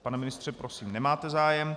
Pane ministře, prosím, nemáte zájem.